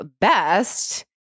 best